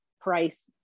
price